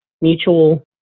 mutual